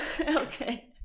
Okay